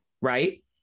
right